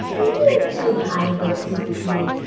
can you play hide-and-go-seek with me?